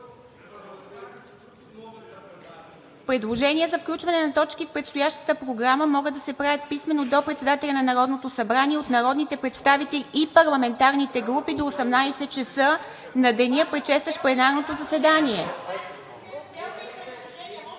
Предложения за включване на точки в предстоящата програма могат да се правят писмено до председателя на Народното събрание от народните представители и парламентарните групи до 18,00 ч. на деня, предшестващ пленарното заседание.